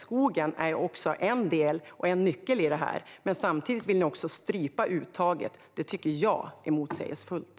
Skogen är en nyckel i detta, men ni vill strypa uttaget. Det tycker jag är motsägelsefullt.